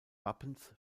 wappens